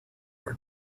were